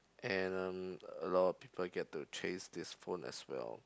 and um a lot of people get to chase this phone as well